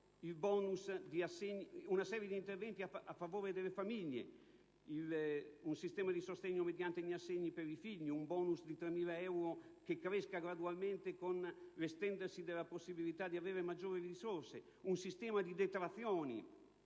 una serie di interventi a favore delle famiglie, con un sistema di sostegno mediante gli assegni per i figli (un *bonus* di 3.000 euro che cresca gradualmente con l'estendersi della possibilità di disporre di maggiori risorse), un sistema di detrazioni